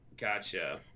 gotcha